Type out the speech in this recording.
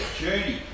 journey